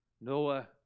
Noah